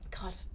god